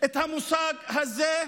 את המושג הזה,